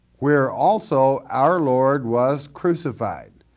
where also our lord was crucified.